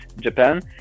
Japan